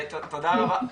תודה רבה.